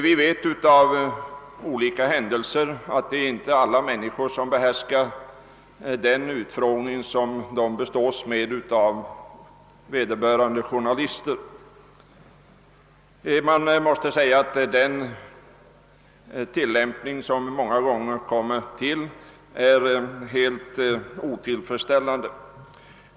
Vi vet genom olika händelser att det inte är alla människor som behärskar den utfrågning som de bestås med härvidlag — förfaringssättet är många gånger otillfredsställande.